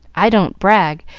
i don't brag,